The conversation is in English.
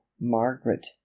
margaret